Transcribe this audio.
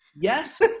Yes